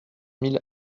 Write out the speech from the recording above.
mille